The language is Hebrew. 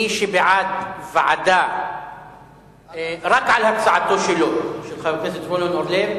מי שבעד ועדה רק לגבי הצעתו של חבר הכנסת זבולון אורלב,